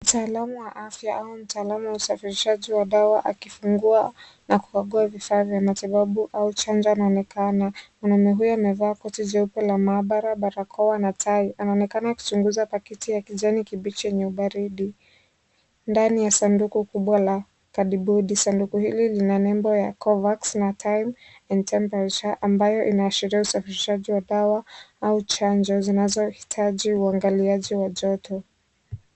Mtaalamu wa afya au mtaalamu wa usafirishaji wa dawa akifungua na kubagua vifaa vya matibabu au chanja anaonekana. Mwanaume huyo amevaa koti jeupe la maabara, barakoa, na tai. Anaonekana akichunguza pakiti ya kijani kibichi yenye ubaridi. Ndani ya sanduku kubwa la kadibodi. Sanduku hili lina nembo ya Covax na time and temperature ambayo inaashiria usafirishaji wa dawa au chanja zinazohitaji uangaliaji wa joto.